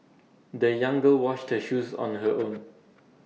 the young girl washed her shoes on her own